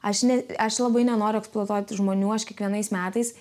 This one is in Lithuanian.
aš ne aš labai nenoriu eksploatuoti žmonių aš kiekvienais metais